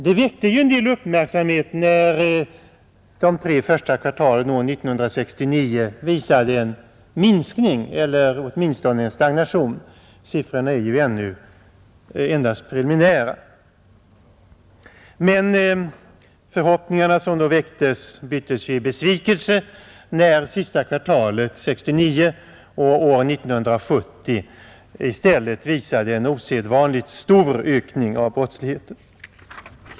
Det väckte därför en del uppmärksamhet när brottsligheten de tre första kvartalen år 1969 visade en minskning eller åtminstone en stagnation — siffrorna är ju ännu endast preliminära — men de förhoppningar som då väcktes byttes i besvikelse när siffrorna för det sista kvartalet år 1969 och för år 1970 i stället visade en osedvanligt stor ökning av brottsligheten.